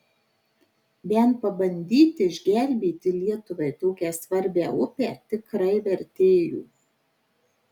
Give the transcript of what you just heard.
bent pabandyti išgelbėti lietuvai tokią svarbią upę tikrai vertėjo